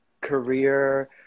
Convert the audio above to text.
career